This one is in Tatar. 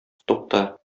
тукта